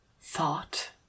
thought